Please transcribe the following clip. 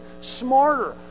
smarter